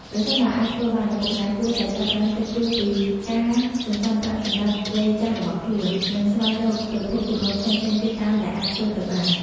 ប្រសិនបើអាចធ្វើបាន ឪពុកម្ដាយគួរតែចាប់ផ្ដើមគិតគូរពីការសន្សំប្រាក់សម្រាប់វ័យចាស់របស់ខ្លួន និងស្វែងរកប្រភពចំណូលផ្សេងៗទៀតតាមដែលអាចធ្វើទៅបាន។